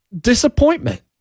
disappointment